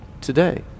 today